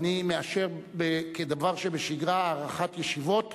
ואני מאשר כדבר שבשגרה הארכת ישיבות